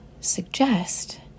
suggest